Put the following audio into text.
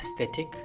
aesthetic